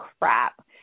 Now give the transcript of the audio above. crap